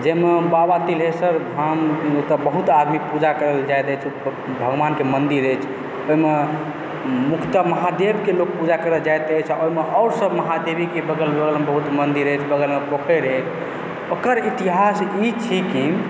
जाहिमे बाबा तिल्हेश्वर धाम हुनकर बहुत आदमी पूजा करय लऽ जाइत अछि सुखपुर भगवानके मन्दिर अछि ओहिमे मुख्यतः महादेवके लोग पूजा करय जाइत अछि आ ओहिमे आओर सब महादेवेके बगल बगलमे बहुत मन्दिर अछि बगलमे पोखरि अछि ओकर इतिहास ई छी कि